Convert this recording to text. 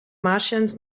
martians